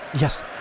Yes